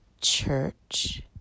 church